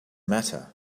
matter